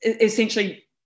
essentially